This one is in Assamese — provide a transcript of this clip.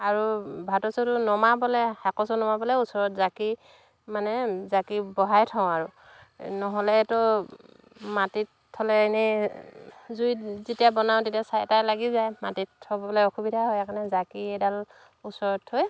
আৰু ভাতৰ চৰুটো নমাবলৈ শাকৰ চৰু নমাবলৈ ওচৰত জাকি মানে জাকি বহাই থওঁ আৰু নহ'লেতো মাটিত থ'লে এনেই জুইত যেতিয়া বনাওঁ তেতিয়া ছাই তাই লাগি যায় মাটিত থ'বলৈ অসুবিধা হয় সেইকাৰণে জাকি এডাল ওচৰত থৈ